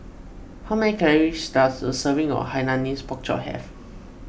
how many calories does a serving of Hainanese Pork Chop have